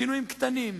שינויים קטנים,